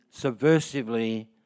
subversively